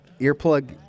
earplug